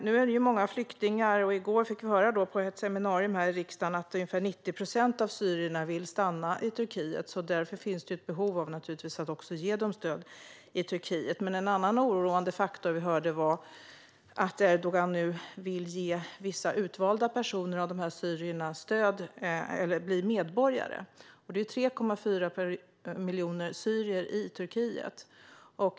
Nu är det många flyktingar. I går fick vi höra på ett seminarium här i riksdagen att ungefär 90 procent av syrierna vill stanna i Turkiet. Därför finns det naturligtvis ett behov av att ge dem stöd i Turkiet. Men en annan oroande faktor vi hörde om är att Erdogan nu vill ge vissa utvalda personer av de här syrierna möjlighet att bli medborgare. Det är 3,4 miljoner syrier i Turkiet.